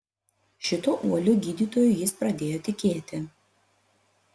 šituo uoliu gydytoju jis pradėjo tikėti